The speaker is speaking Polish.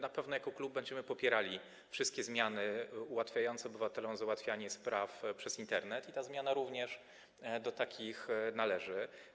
Na pewno jako klub będziemy popierali wszystkie zmiany ułatwiające obywatelom załatwianie spraw przez Internet i ta sprawa również do takich należy.